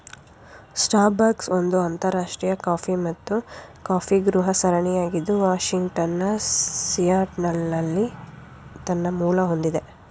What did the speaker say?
Starbucks ಒಂದು ಅಂತರರಾಷ್ಟ್ರೀಯ coffee ಮತ್ತು ಕಾಫಿಗೃಹ ಸರಣಿಯಾಗಿದ್ದು ವಾಷಿಂಗ್ಟನ್ನ ಸಿಯಾಟಲ್ನಲ್ಲಿ ತನ್ನ ಮೂಲ ಹೊಂದಿದೆ